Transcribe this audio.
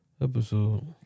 episode